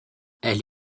elle